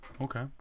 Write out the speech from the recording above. Okay